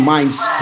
Minds